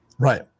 Right